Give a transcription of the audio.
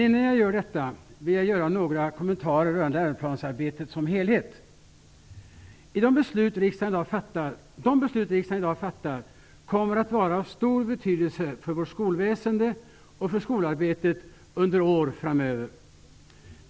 Innan jag gör detta vill jag ge några kommentarer rörande läroplansarbetet som helhet. De beslut som riksdagen i dag fattar kommer att vara av stor betydelse för vårt skolväsende och för skolarbetet under år framöver.